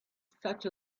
such